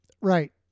right